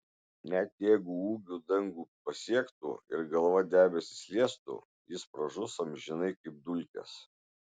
net jeigu ūgiu dangų pasiektų ir galva debesis liestų jis pražus amžinai kaip dulkės